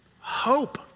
Hope